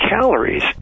calories